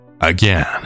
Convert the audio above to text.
Again